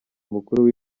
mukuru